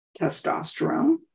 testosterone